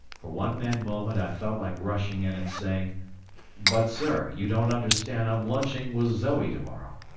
for one mad moment i felt like rushing in and saying but, sir, you don't understand i'm lunching with zoe to-morrow!